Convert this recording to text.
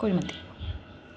kuzhimanthi